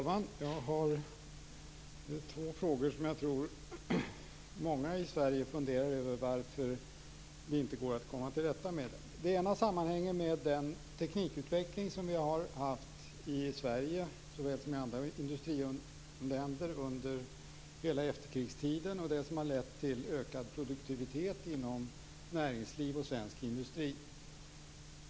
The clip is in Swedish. Herr talman! Jag har två frågor som jag tror att många i Sverige undrar varför det inte går att komma till rätta med. Den ena sammanhänger med den teknikutveckling som vi har haft i Sverige liksom i andra industriländer under hela efterkrigstiden och som har lett till en ökad produktivitet inom näringsliv och svensk industri.